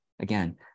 Again